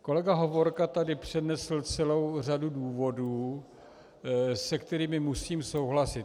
Kolega Hovorka tady přednesl celou řadu důvodů, s kterými musím souhlasit.